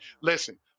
Listen